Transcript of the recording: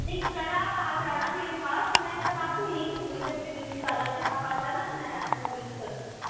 نہیں کل آپ آ جانا میرے پاس میں کل آپ کو یہیں پہ ملوں گی اپنے بیوٹی پارلر میں آپ آ جانا میں آپ کا میکپ کر دوں گی